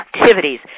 activities